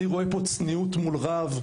אני רואה פה צניעות מול רהב,